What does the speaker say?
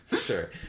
Sure